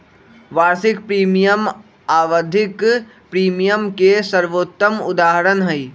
वार्षिक प्रीमियम आवधिक प्रीमियम के सर्वोत्तम उदहारण हई